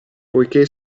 poiché